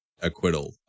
acquittal